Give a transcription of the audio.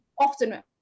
often